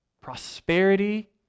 prosperity